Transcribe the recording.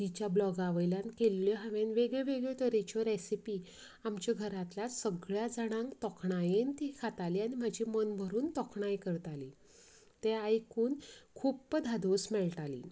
तिच्या ब्लाॅगावयल्यान केल्ल्यो हांवेन वेगळे वेगळे तरेच्यो रॅसिपी आमच्यो घरांतल्या सगळ्यां जाणांक तोखणायेन ती खातालीं आनी म्हजें मन भरून तोखणाय करतालीं तें आयकून खूब्ब धादोस मेळटाली